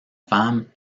femme